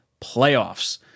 playoffs